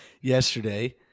yesterday